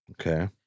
Okay